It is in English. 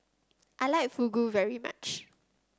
I like Fugu very much